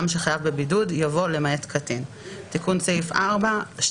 (תיקון מס' 9),